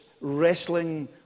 wrestling